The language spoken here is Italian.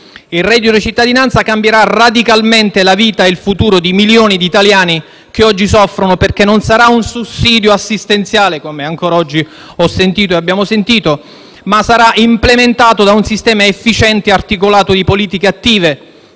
Il reddito di cittadinanza cambierà radicalmente la vita e il futuro di milioni di italiani che oggi soffrono, perché non sarà un sussidio assistenziale - come ancora oggi abbiamo sentito - ma sarà implementato da un sistema efficiente e articolato di politiche attive